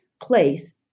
place